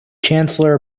chancellor